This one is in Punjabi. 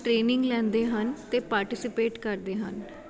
ਟਰੇਨਿੰਗ ਲੈਂਦੇ ਹਨ ਅਤੇ ਪਾਰਟੀਸੀਪੇਟ ਕਰਦੇ ਹਨ